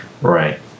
right